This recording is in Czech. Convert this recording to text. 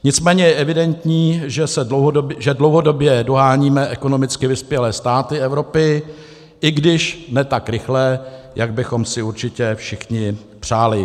Nicméně je evidentní, že dlouhodobě doháníme ekonomicky vyspělé státy Evropy, i když ne tak rychle, jak bychom si určitě všichni přáli.